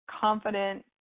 confident